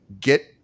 Get